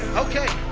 okay.